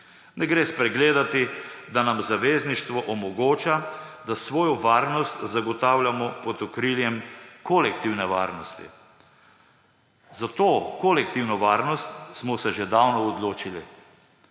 Ne gre spregledati, da nam zavezništvo omogoča, da svojo varnost zagotavljamo pod okriljem kolektivne varnosti. Za to kolektivno varnost smo se že davno odločili